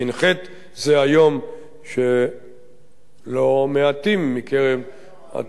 שזה היום שלא מעטים מקרב התושבים,